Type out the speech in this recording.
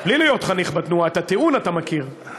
בלי להיות חניך בתנועה, את הטיעון אתה מכיר.